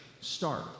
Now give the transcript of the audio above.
start